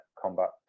combat